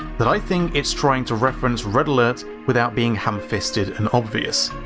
that i think it's trying to reference red alert without being ham-fisted and obvious.